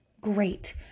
great